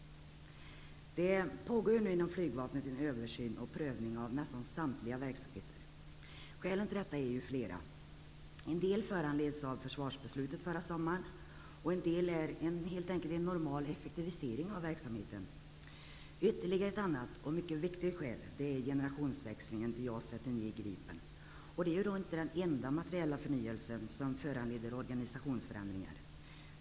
Det pågår nu inom flygvapnet en översyn och prövning av så gott som samtliga verksamheter. Skälen till det är flera. En del föranleds av försvarsbeslutet förra sommaren, och en del är normal effektivisering av verksamheten. Ytterligare ett annat och mycket viktigt skäl är generationsväxlingen till JAS 39 Gripen. Det är inte den enda materiella förnyelsen som föranleder organisationsförändringar.